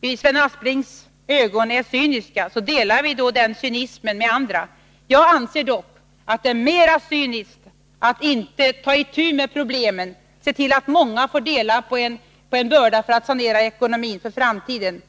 i Sven Asplings ögon är cyniska, delar vi den cynismen med andra. Jag anser dock att det är mera cyniskt att inte ta itu med problemen och se till att många får dela på bördan för att sanera ekonomin för framtiden.